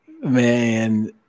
man